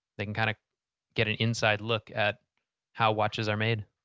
they can kind of get an inside look at how watches are made.